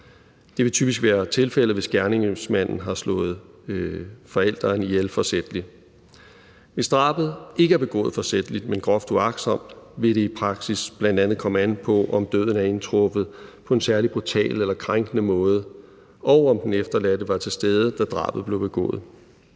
Det vil typisk være tilfældet, hvis gerningsmanden har slået forælderen ihjel forsætligt. Hvis drabet ikke er begået forsætligt, men groft uagtsomt, vil det i praksis bl.a. komme an på, om døden er indtruffet på en særlig brutal eller krænkende måde, og om den efterladte var til stede, da drabet blev begået.